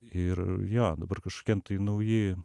ir jo dabar kažkokiam tai nauji